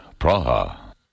Praha